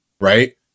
right